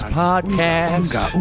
podcast